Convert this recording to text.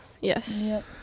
Yes